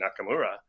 Nakamura